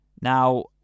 Now